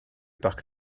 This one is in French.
parc